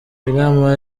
inama